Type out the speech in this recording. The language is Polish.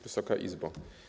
Wysoka Izbo!